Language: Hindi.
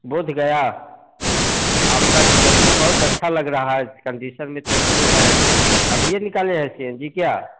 बोद्धगया आपकी टेम्पु बहुत अच्छी लग रही है कंडीसन में टेम्पु है अभी ही निकाले हैं सी एन जी क्या